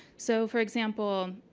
so for example,